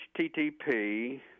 http